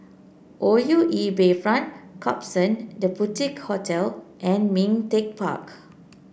O U E Bayfront Klapson The Boutique Hotel and Ming Teck Park